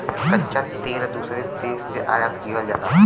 कच्चा तेल दूसरे देश से आयात किहल जाला